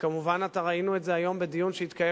וכמובן ראינו את זה היום בדיון שהתקיים